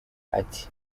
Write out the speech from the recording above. ati